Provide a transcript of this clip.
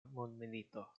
mondmilito